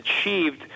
achieved